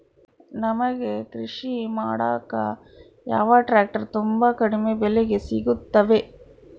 ನಮಗೆ ಕೃಷಿ ಮಾಡಾಕ ಯಾವ ಟ್ರ್ಯಾಕ್ಟರ್ ತುಂಬಾ ಕಡಿಮೆ ಬೆಲೆಗೆ ಸಿಗುತ್ತವೆ?